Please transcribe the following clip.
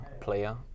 player